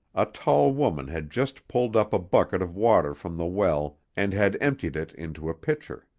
a tall woman had just pulled up a bucket of water from the well and had emptied it into a pitcher.